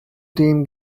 team